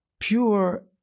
Pure